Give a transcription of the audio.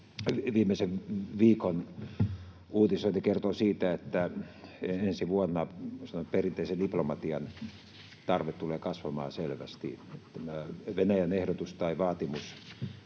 Viimeisen viikon uutisointi kertoo siitä, että ensi vuonna perinteisen diplomatian tarve tulee kasvamaan selvästi. Venäjän ehdotus tai vaatimus